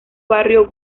barrio